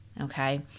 okay